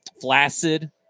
flaccid